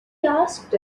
asked